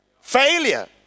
Failure